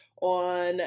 on